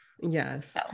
Yes